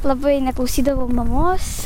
labai neklausydavau mamos